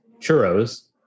churros